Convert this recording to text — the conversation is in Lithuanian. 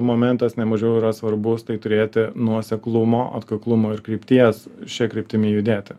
momentas nemažiau yra svarbus tai turėti nuoseklumo atkaklumo ir krypties šia kryptimi judėti